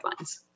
guidelines